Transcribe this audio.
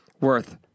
worth